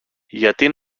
γιατί